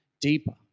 deeper